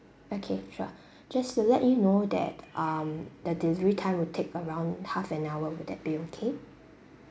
okay sure just to let you know that um the delivery time will take around half an hour will that be okay